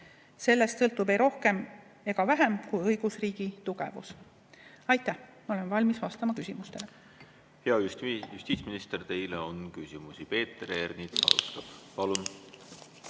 Sellest sõltub ei rohkem ega vähem kui õigusriigi tugevus. Aitäh! Ma olen valmis vastama küsimustele. Hea justiitsminister, teile on küsimusi. Peeter Ernits alustab, palun!